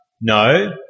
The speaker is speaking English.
No